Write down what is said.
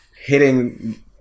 hitting